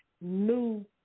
new